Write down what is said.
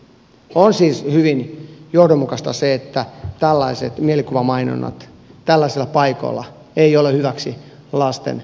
on siis hyvin johdonmukaista se että tällainen mielikuvamainonta tällaisilla paikoilla ei ole hyväksi lasten suojelemiseksi alkoholin kulutukselta